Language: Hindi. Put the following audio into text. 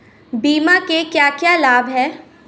बीमा के क्या क्या लाभ हैं?